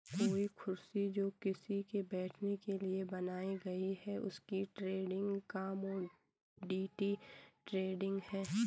कोई कुर्सी जो किसी के बैठने के लिए बनाई गयी है उसकी ट्रेडिंग कमोडिटी ट्रेडिंग है